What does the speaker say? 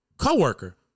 co-worker